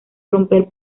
romper